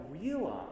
realize